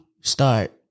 start